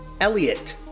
Elliot